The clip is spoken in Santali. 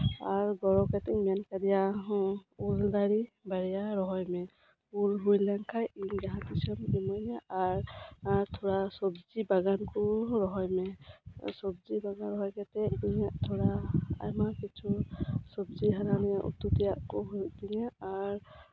ᱟᱨ ᱜᱚᱲᱚ ᱠᱟᱛᱮᱧ ᱧᱮᱞ ᱠᱟᱫᱮᱭᱟ ᱟᱨᱦᱚᱸ ᱩᱞ ᱫᱟᱨᱮ ᱵᱟᱨᱭᱟ ᱨᱚᱦᱚᱭ ᱢᱮ ᱩᱞ ᱦᱩᱭ ᱞᱮᱱᱠᱷᱟᱱ ᱤᱧ ᱡᱟᱸᱦᱟ ᱛᱤᱥᱮᱢ ᱤᱢᱟᱹᱧᱟ ᱟᱨ ᱟᱨ ᱛᱷᱚᱲᱟ ᱥᱚᱵᱡᱤ ᱵᱟᱜᱟᱱ ᱠᱚ ᱨᱚᱦᱚᱭ ᱢᱮ ᱥᱚᱵᱡᱤ ᱵᱟᱜᱟᱱ ᱨᱚᱦᱚᱭ ᱠᱟᱛᱮᱜ ᱤᱧᱟᱹᱜ ᱛᱷᱚᱲᱟ ᱟᱭᱢᱟ ᱠᱤᱪᱷᱩ ᱥᱚᱵᱡᱤ ᱨᱮᱭᱟᱜ ᱩᱛᱩ ᱛᱮᱭᱟᱜ ᱠᱚ ᱦᱩᱭᱩᱜ ᱛᱤᱧᱟᱹ ᱟᱨ